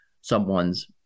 someone's